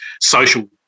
social